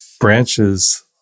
branches